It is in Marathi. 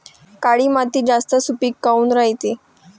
काळी माती जास्त सुपीक काऊन रायते?